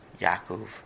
Yaakov